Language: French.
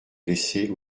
laissées